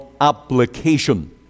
application